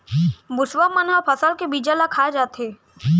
मुसवा मन ह फसल के बीजा ल खा जाथे